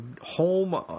home